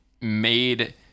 made